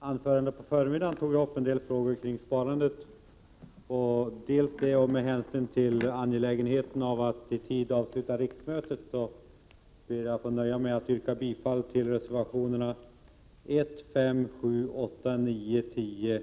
Herr talman! Redan i mitt anförande på förmiddagen tog jag upp en del frågor kring sparandet. Dels därför, dels med hänsyn till angelägenheten av att i tid avsluta riksmötet ber jag att få nöja mig med att yrka bifall till reservationerna 1, 5, 7, 8, 9, 10